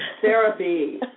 therapy